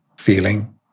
feeling